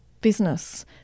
business